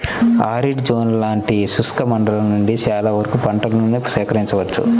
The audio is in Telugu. ఆరిడ్ జోన్ లాంటి శుష్క మండలం నుండి చాలా వరకు పంటలను సేకరించవచ్చు